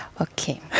Okay